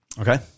Okay